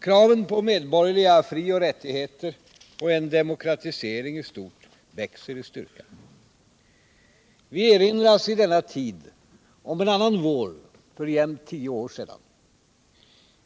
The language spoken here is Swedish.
Kraven på medborgerliga frioch rättigheter och en demokratisering i stort växer i styrka. Vi erinras i denna tid om en annan vår för jämnt tio år sedan.